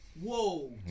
Whoa